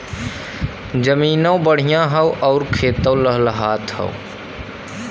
जमीनों बढ़िया हौ आउर खेतो लहलहात हौ